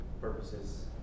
purposes